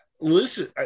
listen